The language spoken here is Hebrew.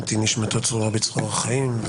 תהא נשמתו צרורה בצרור החיים.